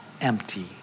empty